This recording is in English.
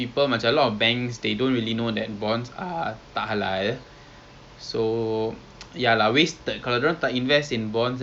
they recently like two years back I think they they started to look at islamic finance and they are pushing forward lah for